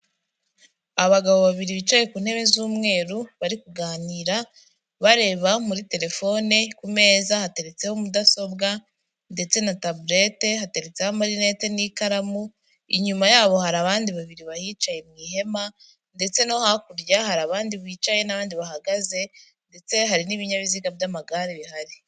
Abagabo babiri bicaye ku ntebe z'umweru bari kuganira bareba muri telefone, ku meza hateretseho mudasobwa ndetse na tabulete, hateretseho amarinete n'ikaramu, inyuma yabo hari abandi babiri bahicaye mu ihema, ndetse no hakurya hari abandi bicaye n'abandi bahagaze, ndetse hari n'ibinyabiziga by'amagare bihari.